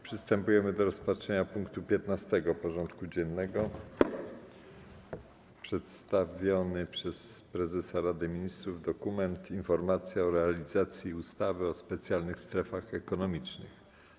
Przystępujemy do rozpatrzenia punktu 15. porządku dziennego: Przedstawiony przez Prezesa Rady Ministrów dokument: „Informacja o realizacji ustawy o specjalnych strefach ekonomicznych.